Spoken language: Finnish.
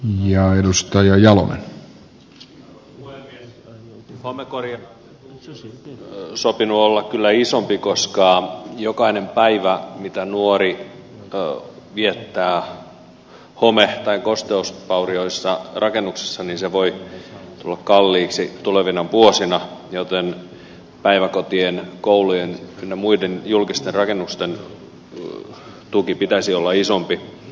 homekorjaamisen tuen olisi sopinut kyllä olla isompi koska jokainen päivä jonka nuori viettää home tai kosteusvaurioisessa rakennuksessa voi tulla kalliiksi tulevina vuosina joten päiväkotien koulujen ynnä muiden julkisten rakennusten tuen pitäisi olla isompi